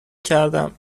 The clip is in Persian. کردم